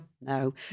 no